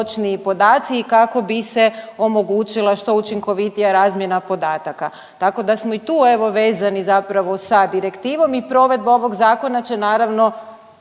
i kako bi se omogućila što učinkovitija razmjena podataka. Tako da smo i tu, evo, vezani zapravo sa direktivom i provedba ovog Zakona će naravno,